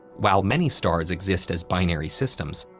while many stars exist as binary systems,